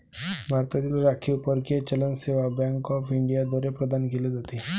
भारतातील राखीव परकीय चलन सेवा बँक ऑफ इंडिया द्वारे प्रदान केले जाते